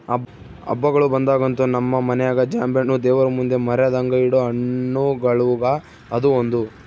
ಹಬ್ಬಗಳು ಬಂದಾಗಂತೂ ನಮ್ಮ ಮನೆಗ ಜಾಂಬೆಣ್ಣು ದೇವರಮುಂದೆ ಮರೆದಂಗ ಇಡೊ ಹಣ್ಣುಗಳುಗ ಅದು ಒಂದು